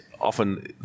often